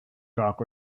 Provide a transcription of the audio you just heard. dock